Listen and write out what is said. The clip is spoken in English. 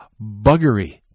buggery